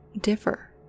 differ